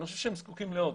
אני חושב שהם זקוקים לעוד.